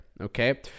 okay